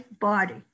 body